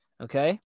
Okay